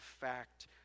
fact